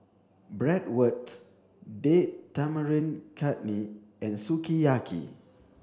Bratwurst Date Tamarind Chutney and Sukiyaki